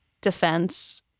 defense